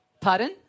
Pardon